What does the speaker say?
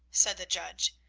said the judge.